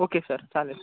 okay sir चालेल